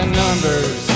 numbers